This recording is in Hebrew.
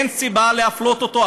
ואין סיבה להפלות אותו,